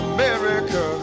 America